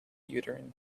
uterine